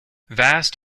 vast